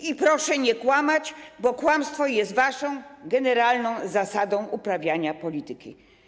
I proszę nie kłamać, bo kłamstwo jest waszą generalną zasadą uprawiania polityki.